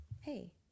hey